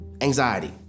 anxiety